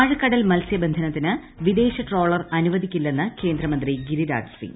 ആഴക്കടൽ മത്സൃബന്ധനത്തിന് വിദേശ ട്രോളർ ന് അനുവദിക്കില്ലെന്ന് കേന്ദ്രമന്ത്രി ഗിരിരാജ് സിങ്